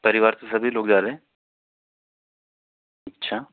परिवार के सभी लोग जा रहे हैं अच्छा